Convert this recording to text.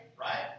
right